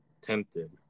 tempted